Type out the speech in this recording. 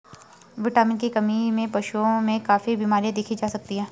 vitamin की कमी से पशुओं में काफी बिमरियाँ देखी जा सकती हैं